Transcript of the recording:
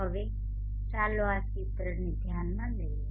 હવે ચાલો આ ચિત્રને ધ્યાનમાં લઈએ